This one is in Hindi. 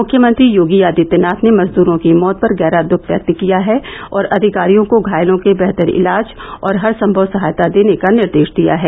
मुख्यमंत्री योगी आदित्यनाथ ने मजदूरों की मौत पर गहरा दुख व्यक्त किया है और अधिकारियों को घायलों के बेहतर इलाज और हरसंभव सहायता देने का निर्देश दिया है